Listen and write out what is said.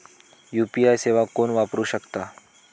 UPI सेवा कोण वापरू शकता?